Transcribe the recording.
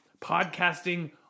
podcasting